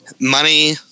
Money